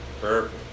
Perfect